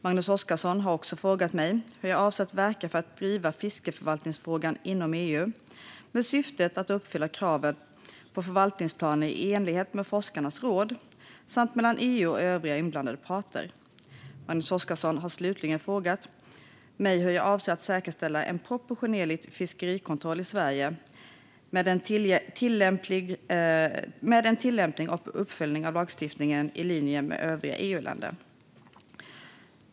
Magnus Oscarsson har också frågat mig hur jag avser att verka för att driva fiskförvaltningsfrågan inom EU, med syftet att uppfylla kraven på förvaltningsplaner i enlighet med forskarnas råd samt mellan EU och övriga inblandade parter. Magnus Oscarsson har slutligen frågat mig hur jag avser att säkerställa en proportionerlig fiskerikontroll i Sverige med en tillämpning och uppföljning av lagstiftningen i linje med övriga EU-länder.